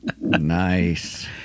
Nice